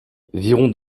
virons